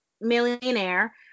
millionaire